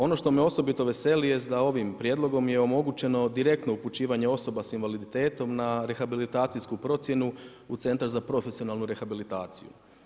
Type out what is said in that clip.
Ono što me osobito veseli jest, da je ovim prijedlogom omogućeno direktno upućivanje osoba s invaliditetom, na rehabilitacijsku procjenu, u centar za profesionalnu rehabilitaciju.